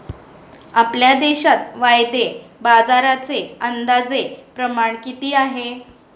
आपल्या देशात वायदे बाजाराचे अंदाजे प्रमाण किती आहे?